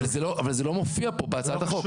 אבל זה לא מופיע פה בהצעת החוק.